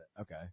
Okay